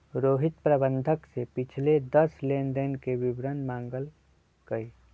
रोहित प्रबंधक से पिछले दस लेनदेन के विवरण मांगल कई